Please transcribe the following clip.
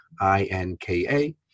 I-N-K-A